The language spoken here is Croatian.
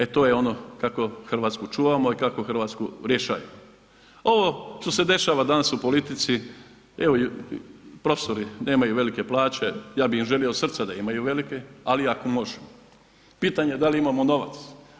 E to je ono kako Hrvatsku čuvamo i kako Hrvatsku ... Ovo što se dešava danas u politici evo profesori nemaju velike plaće, ja bi im želio od srca da imaju velike ali ako može, pitanje da li imamo novac.